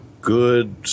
good